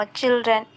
children